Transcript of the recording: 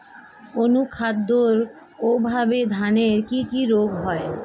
অনুখাদ্যের অভাবে ধানের কি কি রোগ হয়?